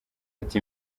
ati